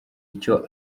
icyo